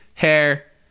hair